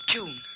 June